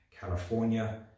California